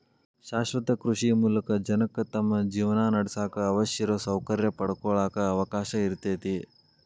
ಶಾಶ್ವತ ಕೃಷಿ ಮೂಲಕ ಜನಕ್ಕ ತಮ್ಮ ಜೇವನಾನಡ್ಸಾಕ ಅವಶ್ಯಿರೋ ಸೌಕರ್ಯ ಪಡ್ಕೊಳಾಕ ಅವಕಾಶ ಇರ್ತೇತಿ